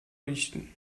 richten